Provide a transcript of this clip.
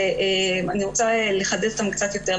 אני רוצה לחדד אותן קצת יותר.